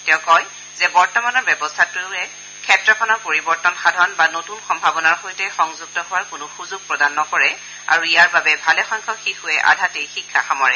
তেওঁ কয় যে বৰ্তমানৰ ব্যৱস্থাটোৱে ক্ষেত্ৰখনৰ পৰিৱৰ্তন সাধন বা নতুন সম্ভাৱনাৰ সৈতে সংযুক্ত হোৱাৰ কোনো সুযোগ প্ৰদান নকৰে আৰু ইয়াৰ বাবে ভালেসংখ্যক শিশুৱে আধাতে শিক্ষা সামৰে